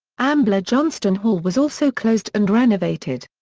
ambler johnston hall was also closed and renovated.